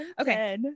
okay